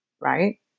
right